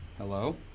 Hello